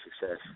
success